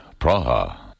Praha